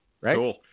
right